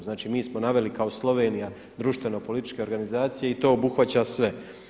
Znači, mi smo naveli kao Slovenija društveno-političke organizacije i to obuhvaća sve.